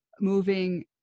moving